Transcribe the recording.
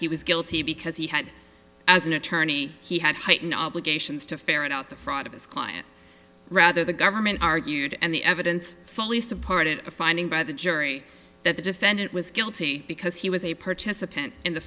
he was guilty because he had as an attorney he had heightened obligations to ferret out the fraud of his client rather the government argued and the evidence fully supported a finding by the jury that the defendant was guilty because he was a participant in the